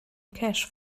cash